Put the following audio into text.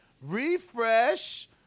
Refresh